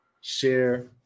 share